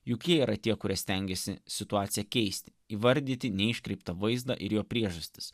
juk jie yra tie kurie stengiasi situaciją keisti įvardyti neiškreiptą vaizdą ir jo priežastis